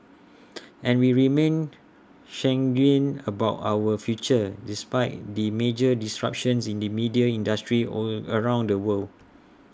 and we remain sanguine about our future despite the major disruptions in the media industry all around the world